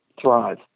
thrive